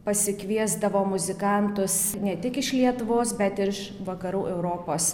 pasikviesdavo muzikantus ne tik iš lietuvos bet ir iš vakarų europos